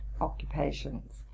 occupations